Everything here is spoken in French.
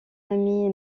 ami